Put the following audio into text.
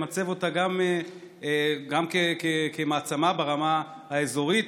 למצב אותה גם כמעצמה ברמה האזורית,